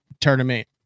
tournament